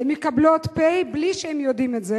מקבלות "פ" בלי שהם יודעים את זה.